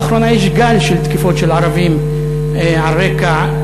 לאחרונה יש גל של תקיפות של ערבים על רקע,